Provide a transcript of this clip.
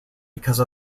because